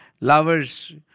Lovers